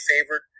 favorite